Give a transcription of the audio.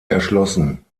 erschlossen